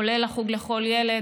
כולל החוג לכל ילד,